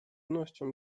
nością